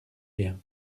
rien